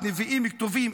נביאים וכתובים,